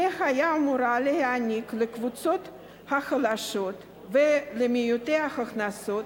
היא אמורה להעניק לקבוצות החלשות ולמעוטי ההכנסות